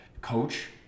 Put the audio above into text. coach